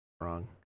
wrong